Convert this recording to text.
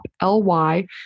L-Y